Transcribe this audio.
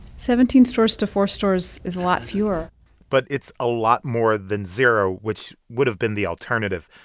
seventeen stores to four stores is a lot fewer but it's a lot more than zero, which would've been the alternative.